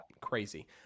crazy